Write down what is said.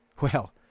Well